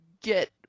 get